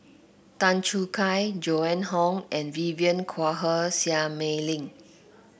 Tan Choo Kai Joan Hon and Vivien Quahe Seah Mei Lin